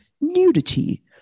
nudity